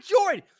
Jordan